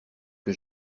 que